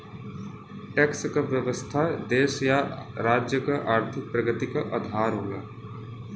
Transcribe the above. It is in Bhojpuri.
टैक्स क व्यवस्था देश या राज्य क आर्थिक प्रगति क आधार होला